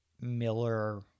Miller